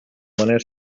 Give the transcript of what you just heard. manuel